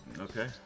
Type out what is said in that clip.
Okay